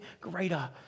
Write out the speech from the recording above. greater